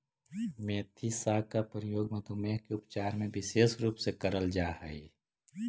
मेथी साग का प्रयोग मधुमेह के उपचार में विशेष रूप से करल जा हई